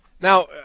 Now